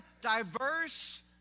diverse